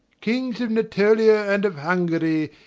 kings of natolia and of hungary,